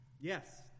Yes